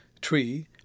tree